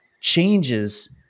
changes